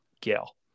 Gail